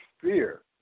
fear